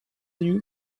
you